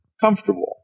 comfortable